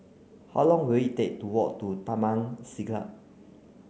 how long will it take to walk to Taman Siglap